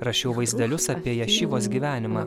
rašiau vaizdelius apie ješivos gyvenimą